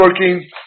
working